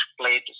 played